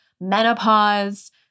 menopause